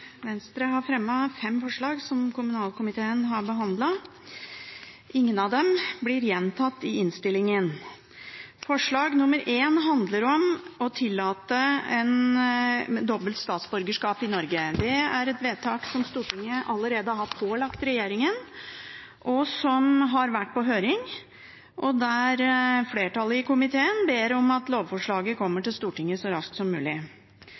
Venstre har fremmet fem representantforslag som kommunalkomiteen har behandlet. Ingen av dem blir gjentatt i innstillingen. Forslag nr. 1 handler om å tillate dobbelt statsborgerskap i Norge. Det er et vedtak som Stortinget allerede har pålagt regjeringen, og som har vært på høring. Flertallet i komiteen ber om at lovforslaget kommer til Stortinget så raskt som mulig.